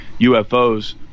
UFOs